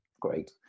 great